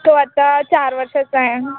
तो आता चार वर्षाचा आहे